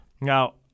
now